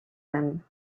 them